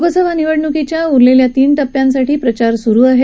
लोकसभा निवडणूकीच्या उरलेल्या तीन टप्प्यांसाठी प्रचार स्रु आहे